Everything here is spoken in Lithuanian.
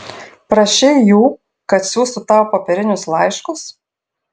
prašei jų kad siųstų tau popierinius laiškus